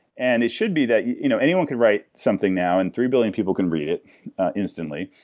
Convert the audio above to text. and it should be that you know anyone could write something now and three billion people can read it instantly.